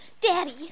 Daddy